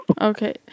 Okay